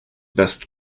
best